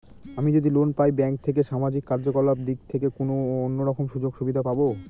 আমি যদি লোন পাই ব্যাংক থেকে সামাজিক কার্যকলাপ দিক থেকে কোনো অন্য রকম সুযোগ সুবিধা পাবো?